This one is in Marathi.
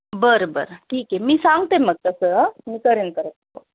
बरं बरं ठीक आहे मी सांगते मग तसंं मी करेन परत फोन